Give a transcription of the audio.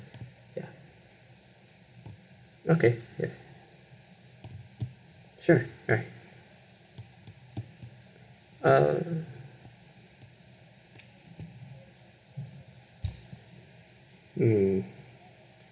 ya okay yeah sure ya uh mm